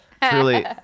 Truly